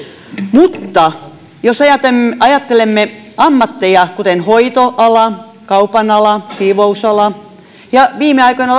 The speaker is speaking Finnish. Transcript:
mutta jos ajattelemme ammatteja kuten hoitoalaa kaupan alaa siivousalaa ja lastentarhanopettajien tilannetta viime aikoina